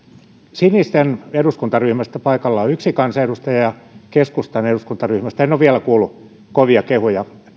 sinisten eduskuntaryhmästä paikalla on yksi kansanedustaja ja keskustan eduskuntaryhmästä en ole vielä kuullut kovia kehuja